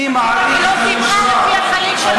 היא לא זימרה על פי החליל שלכם.